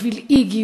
בשביל "איגי",